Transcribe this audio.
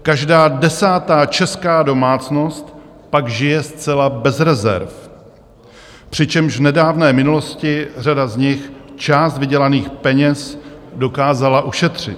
Každá desátá česká domácnost pak žije zcela bez rezerv, přičemž v nedávné minulosti řada z nich část vydělaných peněz dokázala ušetřit.